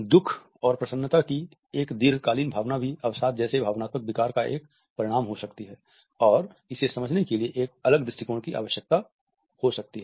दुःख और अप्रसन्नता की एक दीर्घकालीन भावना भी अवसाद जैसे भावनात्मक विक़ार का एक परिणाम हो सकती है और इसे समझने के लिए एक अलग दृष्टिकोण की आवश्यकता हो सकती है